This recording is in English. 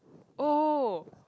oh